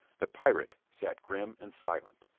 the pirate sat grim and silent.